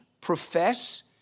profess